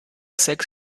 sechs